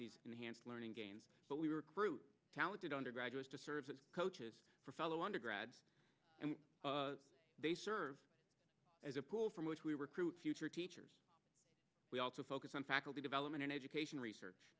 these enhanced learning gains but we recruit talented undergraduates to serve as coaches for fellow undergrad and they serve as a pool from which we recruit future teachers we also focus on faculty development and education research